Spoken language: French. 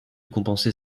compenser